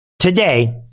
today